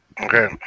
Okay